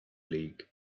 league